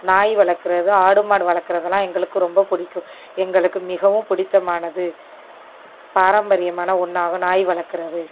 நாய் வளர்க்குறது ஆடு மாடு வளர்க்குறதலாம் எங்களுக்கு ரொம்ப பிடிக்கும் எங்களுக்கு மிகவும் பிடித்தமானது பாரம்பரியமான ஒன்றாக நாய் வளர்க்குறது